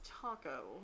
Taco